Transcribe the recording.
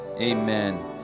Amen